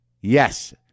Yes